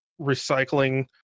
recycling